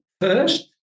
first